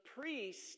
priest